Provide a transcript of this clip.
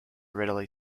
readily